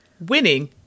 winning